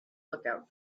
lookout